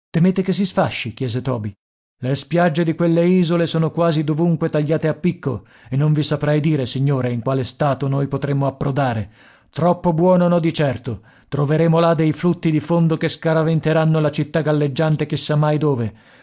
che si sfasci chiese toby le spiagge di quelle isole sono quasi dovunque tagliate a picco e non vi saprei dire signore in quale stato noi potremo approdare troppo buono no di certo troveremo là dei flutti di fondo che scaraventeranno la città galleggiante chi sa mai dove